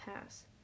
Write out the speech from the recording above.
pass